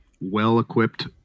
well-equipped